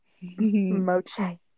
moche